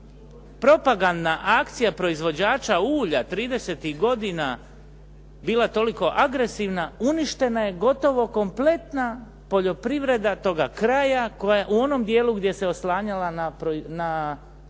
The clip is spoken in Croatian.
propagandna akcija proizvođača ulja 30-tih godina bila toliko agresivna uništena je gotovo kompletna poljoprivreda toga kraja koja je u onom dijelu gdje se oslanjala na uzgoj